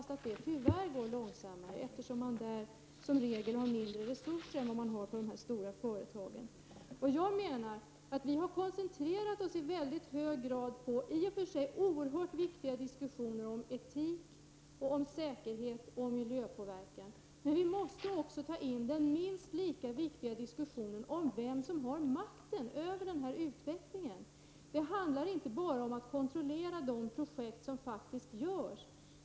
Tyvärr går det långsammare, därför att man där som regel har mindre resurser än i de stora företagen. Vi har koncentrerat oss i väldigt hög grad på de i och för sig oerhört viktiga diskussionerna om etik, säkerhet och miljöpåverkan. Men vi måste också ta in den minst lika viktiga diskussionen om vem som har makten över utvecklingen. Det handlar inte bara om att kontrollera de projekt som faktiskt genomförs.